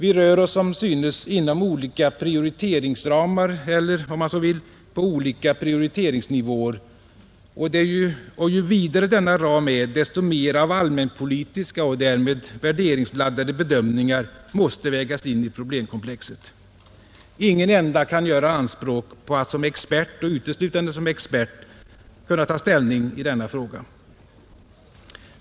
Vi rör oss som synes inom olika prioriteringsramar eller, om man så vill, på olika prioriteringsnivåer, och ju vidare denna ram är, desto mera av allmänpolitiska — och därmed värderingsladdade — bedömningar måste vägas in i problemkomplexet. Ingen enda kan göra anspråk på att som expert — och uteslutande som expert — kunna ta ställning i denna fråga.